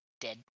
Dead